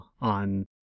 on